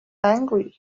angry